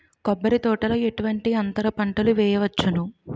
కొబ్బరి తోటలో ఎటువంటి అంతర పంటలు వేయవచ్చును?